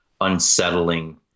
unsettling